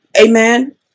Amen